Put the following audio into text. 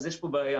אז יש פה בעיה,